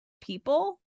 people